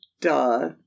duh